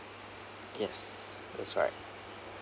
yes tht's right